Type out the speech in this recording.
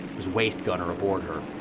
was waist gunner aboard her.